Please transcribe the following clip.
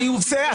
צא.